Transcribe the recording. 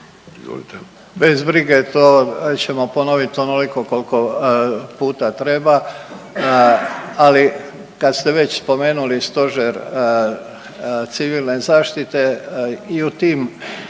Bez brige, to ćemo ponovit onoliko kolko puta treba, ali kad ste već spomenuli Stožer civilne zaštite, i u tim